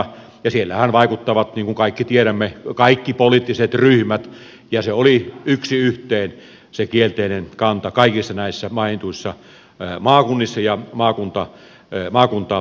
siellähän vaikuttavat niin kuin kaikki tiedämme kaikki poliittiset ryhmät ja se oli yksi yhteen se kielteinen kanta kaikissa näissä mainituissa maakunnissa ja maakuntaliitoissa